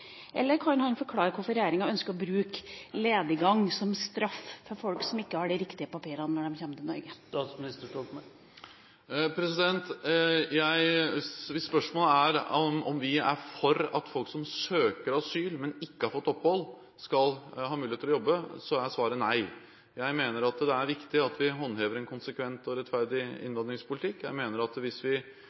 Eller kan han forklare hvorfor regjeringa ønsker å bruke lediggang som straff for folk som ikke har de riktige papirene når de kommer til Norge? Hvis spørsmålet er om vi er for at folk som søker asyl, men som ikke har fått opphold, skal ha mulighet til å jobbe, er svaret nei. Jeg mener det er viktig at vi håndhever en konsekvent og rettferdig innvandringspolitikk. Jeg mener at hvis vi